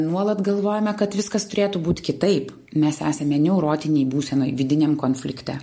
nuolat galvojame kad viskas turėtų būt kitaip mes esame neurotinėj būsenoj vidiniam konflikte